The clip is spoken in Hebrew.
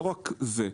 לא רק זה.